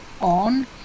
on